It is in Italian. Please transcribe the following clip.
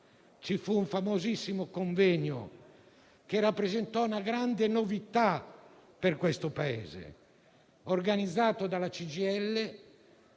Ci fu un famosissimo convegno, che rappresentò una grande novità per questo Paese, organizzato dalla CGIL,